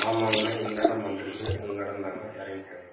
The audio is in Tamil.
ஆமாங்கண்ணா இந்த இடம் வந்துருக்குது உங்கள் இடந்தாண்ணா இறங்கிக்கங்க